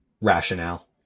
Rationale